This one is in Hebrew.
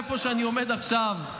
איפה שאני עומד עכשיו,